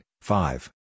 five